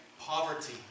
poverty